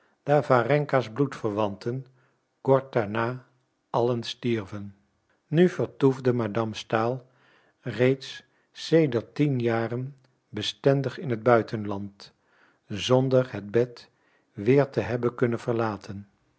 warenka's bloedverwanten kort daarna allen stierven nu vertoefde madame stahl reeds sedert tien jaren bestendig in het buitenland zonder het bed weer te hebben kunnen verlaten